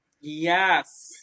Yes